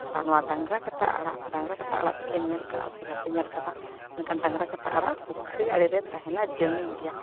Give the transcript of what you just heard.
ᱟᱨ ᱱᱚᱣᱟ ᱰᱟᱝᱨᱟ ᱠᱟᱴᱟ ᱟᱲᱟᱜ ᱰᱟᱝᱨᱟ ᱠᱟᱴᱟ ᱟᱲᱟᱜ ᱫᱚᱯᱮ ᱧᱮᱞ ᱠᱟᱜᱼᱟ ᱥᱮ ᱵᱟᱯᱮ ᱧᱮᱞ ᱠᱟᱫᱟ ᱢᱮᱱᱠᱷᱟᱱ ᱰᱟᱝᱨᱟ ᱠᱟᱴᱟ ᱟᱲᱟᱜ ᱯᱩᱠᱷᱨᱤ ᱟᱲᱮ ᱨᱮ ᱛᱟᱦᱮᱱᱟ ᱡᱟᱹᱱᱩᱢ ᱜᱮᱭᱟ